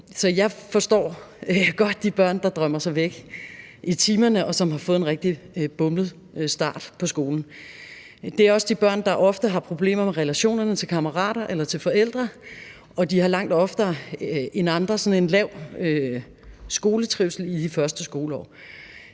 jeg forstår godt de børn, der drømmer sig væk i timerne, og som har fået en rigtig bumlet skolestart. Det er også de børn, der ofte har problemer med relationerne til kammerater eller til forældre, og de har langt oftere end andre en lav skoletrivsel i de første skoleår.